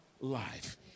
life